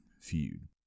feud